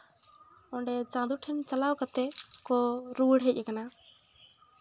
ᱚᱸᱰᱮ ᱪᱟᱫᱚ ᱴᱷᱮᱱ ᱪᱟᱞᱟᱣ ᱠᱟᱛᱮ ᱠᱚ ᱨᱩᱣᱟᱹᱲ ᱦᱮᱡ ᱟᱠᱟᱱᱟ